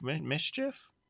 mischief